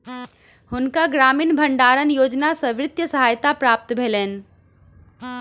हुनका ग्रामीण भण्डारण योजना सॅ वित्तीय सहायता प्राप्त भेलैन